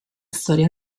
storia